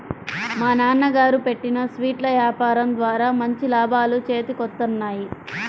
మా నాన్నగారు పెట్టిన స్వీట్ల యాపారం ద్వారా మంచి లాభాలు చేతికొత్తన్నాయి